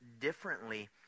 differently